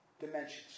dimensions